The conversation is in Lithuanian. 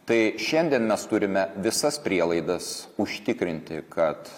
tai šiandien mes turime visas prielaidas užtikrinti kad